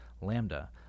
Lambda